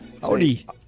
Howdy